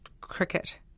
cricket